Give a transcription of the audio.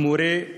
למורה,